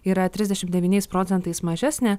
yra trisdešimt devyniais procentais mažesnė